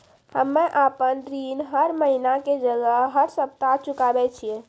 हम्मे आपन ऋण हर महीना के जगह हर सप्ताह चुकाबै छिये